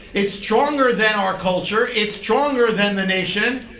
it's stronger than our culture. it's stronger than the nation.